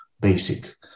basic